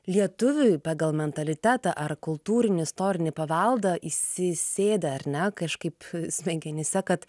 lietuviui pagal mentalitetą ar kultūrinį istorinį paveldą įsisėdę ar ne kažkaip smegenyse kad